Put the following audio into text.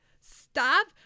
stop